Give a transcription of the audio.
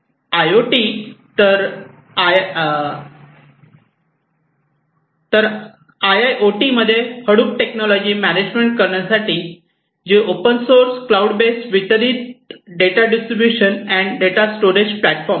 I O T तर आयआयडीटीमध्ये Hadoop technology management करण्यासाठी जे ओपन सोर्स क्लाउड बेस्ड वितरित data distribution and storage platform आहे